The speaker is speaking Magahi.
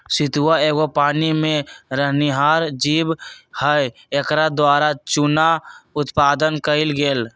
सितुआ एगो पानी में रहनिहार जीव हइ एकरा द्वारा चुन्ना उत्पादन कएल गेल